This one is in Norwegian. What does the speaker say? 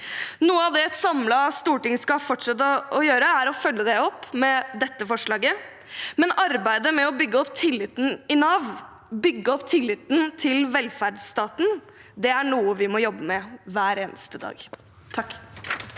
Noe av det et samlet storting skal fortsette å gjøre, er å følge det opp med dette forslaget, men å bygge opp tilliten i Nav og bygge opp tilliten til velferdsstaten er noe vi må jobbe med hver eneste dag.